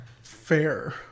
Fair